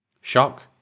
Shock